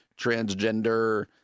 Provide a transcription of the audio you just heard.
transgender